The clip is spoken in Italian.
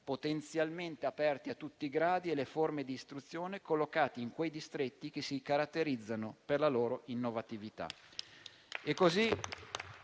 potenzialmente aperti a tutti i gradi e le forme di istruzione collocati in quei distretti che si caratterizzano per la loro innovatività.